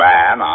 Man